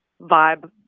vibe